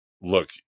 look